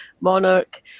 monarch